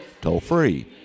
toll-free